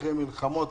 אחרי מלחמות,